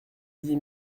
dix